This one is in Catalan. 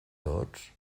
tots